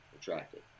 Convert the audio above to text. attractive